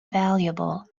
valuable